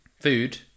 food